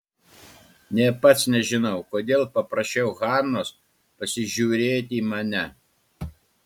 nė pats nežinau kodėl paprašiau hanos pasižiūrėti į mane